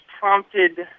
prompted